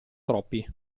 troppi